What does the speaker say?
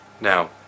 Now